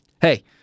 Hey